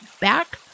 back